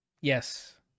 Yes